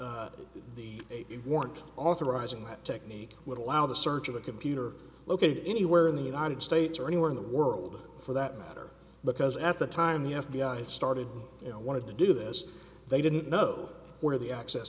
the warrant authorizing that technique would allow the search of a computer located anywhere in the united states or anywhere in the world for that matter because at the time the f b i started you know wanted to do this they didn't know where the access